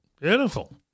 Beautiful